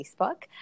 Facebook